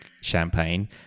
champagne